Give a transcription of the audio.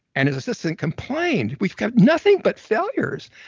and his assistant complained we've got nothing but failures,